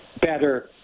better